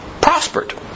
prospered